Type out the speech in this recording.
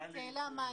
צאלה מיינרט.